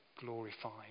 glorified